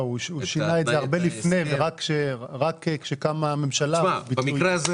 הוא שינה הרבה לפני כן ורק כשקמה הממשלה --- במקרה הזה